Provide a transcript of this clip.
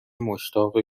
مشتاق